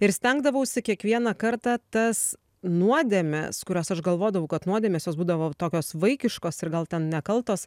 ir stengdavausi kiekvieną kartą tas nuodėmes kurias aš galvodavau kad nuodėmės jos būdavo tokios vaikiškos ir gal ten nekaltos